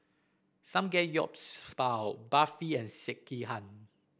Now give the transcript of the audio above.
Samgeyopsal Barfi and Sekihan